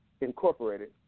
Incorporated